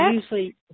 usually